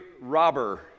Robber